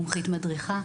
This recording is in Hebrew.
מומחית מדריכה.